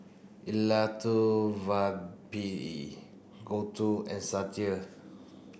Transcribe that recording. Elattuvalapil Gouthu and Sudhir